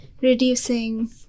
reducing